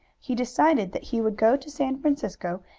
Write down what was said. he decided that he would go to san francisco,